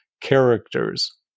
characters